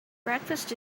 breakfast